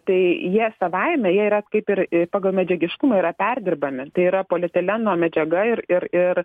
tai jie savaime jie yra kaip ir pagal medžiagiškumą yra perdirbami tai yra polietileno medžiaga ir ir ir